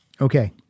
Okay